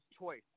choice